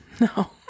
No